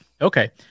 Okay